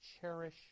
cherish